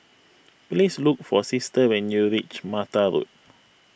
please look for Sister when you reach Mata Road